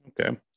Okay